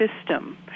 system